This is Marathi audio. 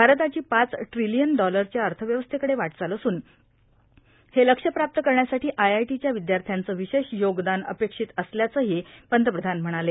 भारताची पाच ट्रिलीयन डॉलरच्या अर्थव्यवस्थेकडे वाट्वाल असून हे लक्ष प्राप्त करण्यासाठी आयआयटीच्या विद्यार्थ्यांचं विशेष योगदान अपेक्षित असल्याचंही पंतप्रधान म्हणाले